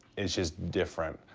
it's just different.